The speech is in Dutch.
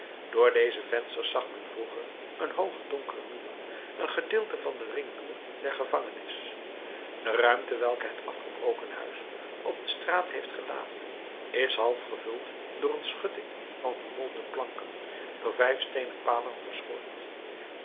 door deze vensters zag men vroeger een hoogen donkeren muur een gedeelte van den ringmuur der gevangenis de ruimte welke het afgebroken huis op de straat heeft gelaten is half gevuld door een schutting van vermolmde planken door vijf steenen palen geschoord